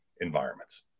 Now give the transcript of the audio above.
environments